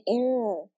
error